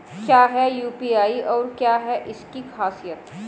क्या है यू.पी.आई और क्या है इसकी खासियत?